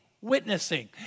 witnessing